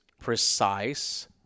precise